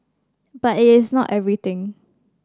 but it is not everything